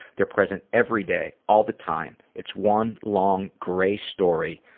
they're present every day all the time. it's one long grey story.